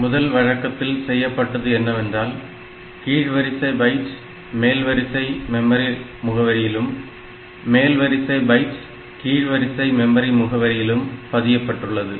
முதல் வழக்கத்தில் செய்யப்பட்டது என்னவென்றால் கீழ் வரிசை பைட் மேல் வரிசை மெமரி முகவரியிலும் மேல் வரிசை பைட் கீழ் வரிசை மெமரி முகவரியிலும் பதியப்பட்டுள்ளது